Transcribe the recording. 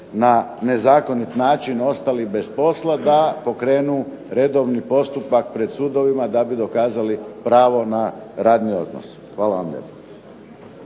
na nezakonit način ostali bez posla, da pokrenu redovni postupak pred sudovima da bi dokazali pravo na radni odnos. Hvala vam lijepo.